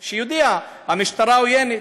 שיודיע: המשטרה עוינת.